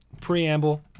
preamble